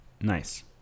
nice